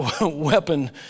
weapon